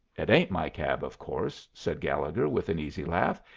it ain't my cab, of course, said gallegher, with an easy laugh.